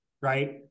right